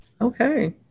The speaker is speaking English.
okay